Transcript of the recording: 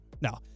No